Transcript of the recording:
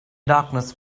darkness